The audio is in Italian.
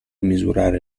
misurare